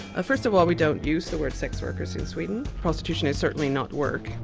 ah first of all we don't use the word sex workers in sweden. prostitution is certainly not work,